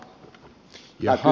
kysyn nyt